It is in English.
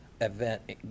event